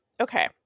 Okay